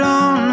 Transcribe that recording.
on